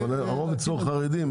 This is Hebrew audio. אבל הרוב אצלו חרדים.